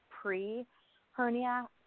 pre-hernia